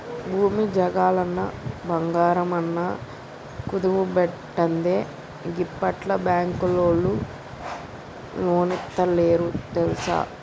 భూమి జాగలన్నా, బంగారమన్నా కుదువబెట్టందే గిప్పట్ల బాంకులోల్లు లోన్లిత్తలేరు తెల్సా